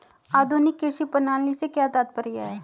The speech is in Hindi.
आधुनिक कृषि प्रणाली से क्या तात्पर्य है?